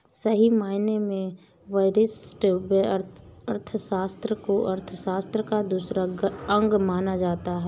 सही मायने में व्यष्टि अर्थशास्त्र को अर्थशास्त्र का दूसरा अंग माना जाता है